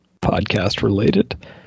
podcast-related